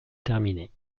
terminer